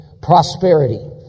prosperity